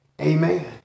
Amen